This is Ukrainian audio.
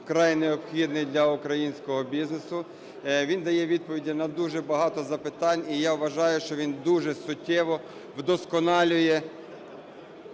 вкрай необхідний для українського бізнесу, він дає відповіді на дуже багато запитань, і я вважаю, що він дуже суттєво вдосконалює